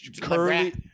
Curly